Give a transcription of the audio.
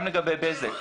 גם לגבי בזק,